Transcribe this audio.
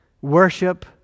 worship